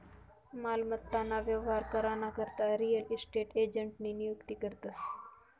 मालमत्ता ना व्यवहार करा ना करता रियल इस्टेट एजंटनी नियुक्ती करतस